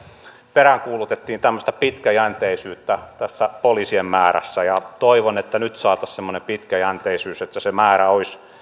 peräänkuulutimme pitkäjänteisyyttä tässä poliisien määrässä toivon että nyt saataisiin semmoinen pitkäjänteisyys että se se määrä olisi